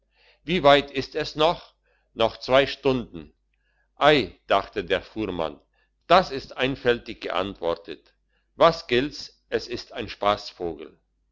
wie weit ist's noch noch zwei stunden ei dachte der fuhrmann das ist einfältig geantwortet was gilt's es ist ein spassvogel